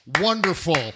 Wonderful